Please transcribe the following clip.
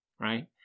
right